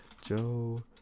joe